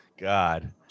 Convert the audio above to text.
God